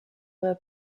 were